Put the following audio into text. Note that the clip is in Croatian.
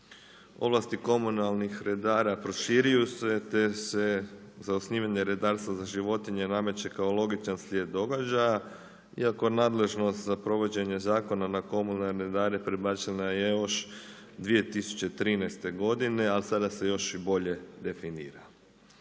Ovlasti komunalnih redara proširuju se te se za osnivanje redarstva za životinje nameće kao logičan slijed događaja iako nadležnost za provođenje zakona na komunalne redare prebačena je još 2013. godine ali sada se još i bolje definira.